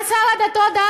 השר נפתלי בנט,